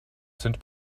sind